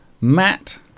Matt